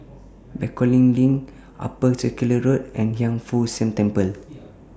Bencoolen LINK Upper Circular Road and Hiang Foo Siang Temple